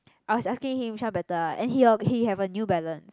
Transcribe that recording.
I was asking him which one better ah and he he have a New Balance